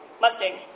Mustang